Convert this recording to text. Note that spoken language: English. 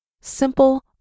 Simple